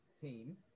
team